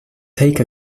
take